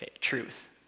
truth